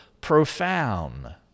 profound